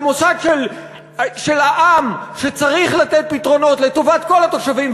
כמוסד של העם שצריך לתת פתרונות לטובת כל התושבים,